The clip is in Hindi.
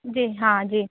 जी हाँ जी